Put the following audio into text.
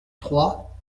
trois